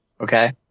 Okay